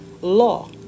law